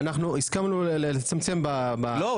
הסכמנו לצמצם --- לא,